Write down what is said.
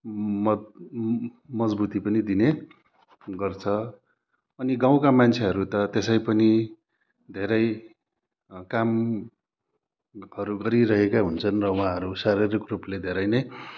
मत मजबुती पनि दिने गर्छ अनि गाउँका मान्छेहरू त्यसै पनि धेरै कामहरू गरिरहेका हुन्छन् र उहाँहरू शारीरिक रुपले धेरै नै